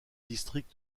district